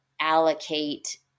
allocate